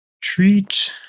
Treat